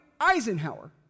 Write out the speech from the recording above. Eisenhower